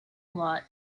lot